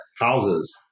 houses